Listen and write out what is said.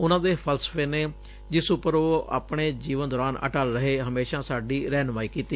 ਉਨਾਂ ਦੇ ਫਲਸਫੇ ਨੇ ਜਿਸ ਉਪਰ ਉਹ ਆਪਣੇ ਜੀਵਨ ਦੌਰਾਨ ਅੱਟਲ ਰਹੇ ਹਮੇਸਾਂ ਸਾਡੀ ਰਹਿਨੁਮਾਈ ਕੀਤੀ